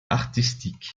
artistique